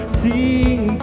sing